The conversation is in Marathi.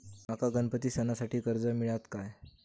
माका गणपती सणासाठी कर्ज मिळत काय?